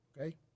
okay